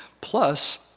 Plus